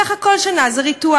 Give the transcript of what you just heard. ככה כל שנה, זה ריטואל.